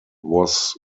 was